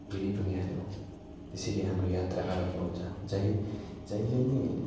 हिँडी पनि हाल्यौँ त्यसरी हाम्रो यात्रा आरम्भ हुन्छ जहीँ जहिले पनि